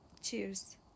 Cheers